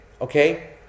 okay